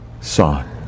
Son